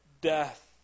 death